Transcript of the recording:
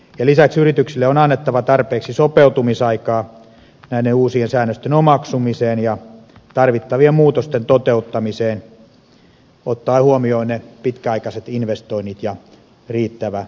lisäksi yrityksille on annettava tarpeeksi sopeutumisaikaa näiden uusien säännösten omaksumiseen ja tarvittavien muutosten toteuttamiseen ottaen huomioon ne pitkäaikaiset investoinnit ja riittävä neuvonta